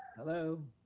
hello.